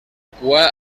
cua